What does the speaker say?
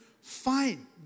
Fine